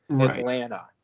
Atlanta